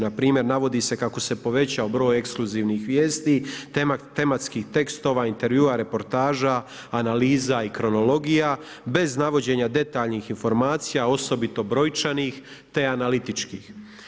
Npr., navodi se kako se povećao broj ekskluzivnih vijesti, tematskih tekstova, intevjua, reportaža, analiza i kronologija, bez navođenja detaljnih informacija, osobito brojčanih, te analitičkih.